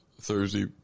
Thursday